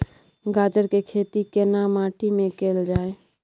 गाजर के खेती केना माटी में कैल जाए?